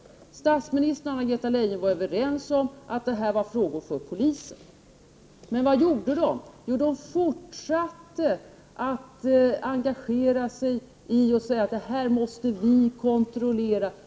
Statsministern och Anna-Greta Leijon var överens om att det här var en fråga för polisen. Men vad gjorde de? De fortsatte att engagera sig i saken och säga att det här måste vi kontrollera.